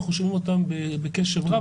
ואנחנו שומעים אותן בקשב רב.